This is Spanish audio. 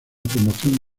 promoción